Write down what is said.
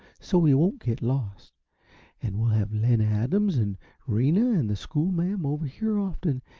so we won't get lost and we'll have len adams and rena and the schoolma'am over here often,